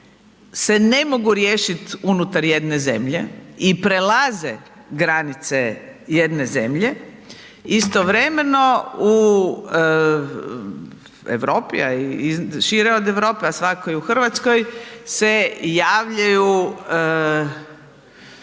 se ne mogu riješiti unutar jedne zemlje i prelaze granice jedne zemlje. Istovremeno u Europi a i šire od Europe a svakako i u Hrvatskoj se javljaju